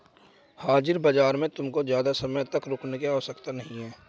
हाजिर बाजार में तुमको ज़्यादा समय तक रुकने की आवश्यकता नहीं है